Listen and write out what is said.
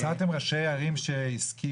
מצאתם ראשי ערים שהסכימו,